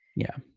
yeah.